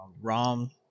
ROM